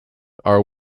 are